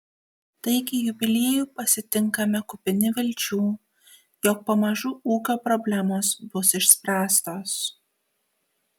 taigi jubiliejų pasitinkame kupini vilčių jog pamažu ūkio problemos bus išspręstos